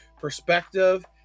perspective